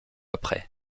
après